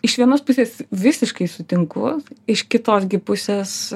iš vienos pusės visiškai sutinku iš kitos gi pusės